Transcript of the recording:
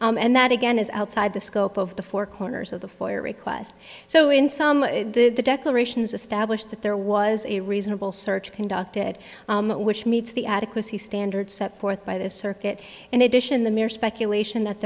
government and that again is outside the scope of the four corners of the foyer requests so in some the declaration is established that there was a reasonable search conducted which meets the adequacy standards set forth by this circuit in addition the mere speculation that